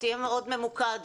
תהיה מאוד ממוקד,